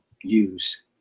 use